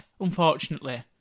unfortunately